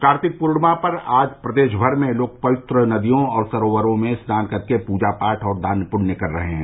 कार्तिक पूर्णिमा पर आज प्रदेश भर में लोग पवित्र नदियों और सरोवरो में स्नान कर के पूजा पाठ और दान पृण्य कर रहे हैं